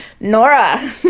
Nora